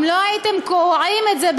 אם לא הייתם קורעים את זה,